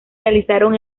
realizaron